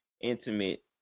intimate